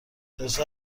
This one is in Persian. لطفا